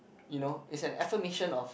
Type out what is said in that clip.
you know it's an affirmation of